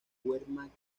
wehrmacht